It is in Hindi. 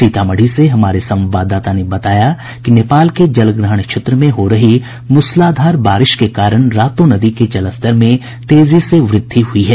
सीतामढ़ी से हमारे संवाददाता ने बताया कि नेपाल के जलग्रहण क्षेत्र में हो रही मूसलाधार बारिश के कारण रातो नदी के जलस्तर में तेजी से वृद्धि हुई है